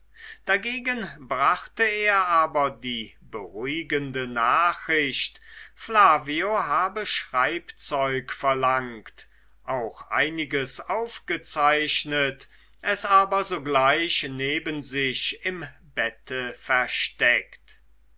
dagegen brachte er aber die beruhigende nachricht flavio habe schreibzeug verlangt auch einiges aufgezeichnet es aber sogleich neben sich im bette versteckt